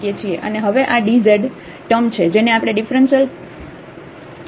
અને હવે આ Dz ટૅમ છે જેને આપણે ડિફરન્સલ કહીએ છીએ